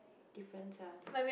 difference ah